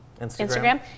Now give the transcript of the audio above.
Instagram